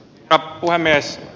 herra puhemies